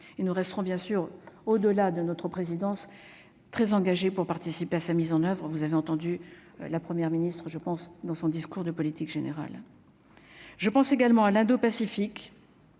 nous resterons bien sûr au-delà de notre présidence, très engagée pour participer à sa mise en oeuvre, vous avez entendu la première ministre je pense dans son discours de politique générale, je pense également à l'indo-Pacifique,